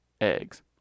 eggs